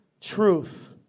truth